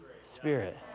Spirit